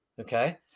Okay